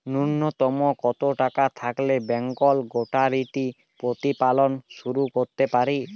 নূন্যতম কত টাকা থাকলে বেঙ্গল গোটারি প্রতিপালন শুরু করতে পারি?